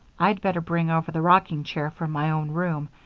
i'd better bring over the rocking chair from my own room,